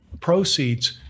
proceeds